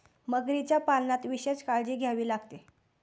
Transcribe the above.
मगरीच्या पालनात विशेष काळजी घ्यावी लागते